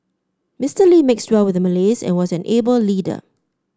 Mister Lee mixed well with the Malays and was an able leader